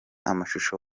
amashusho